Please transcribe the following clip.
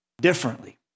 differently